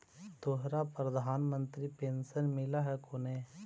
तोहरा प्रधानमंत्री पेन्शन मिल हको ने?